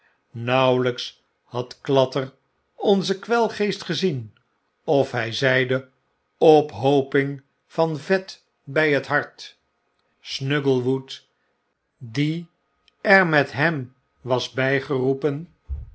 nauwelyks had clatter onzen kwelgeest gezien of hrj zeide ophooping van vet by het hart snugglewood die er met hem was bygeroepen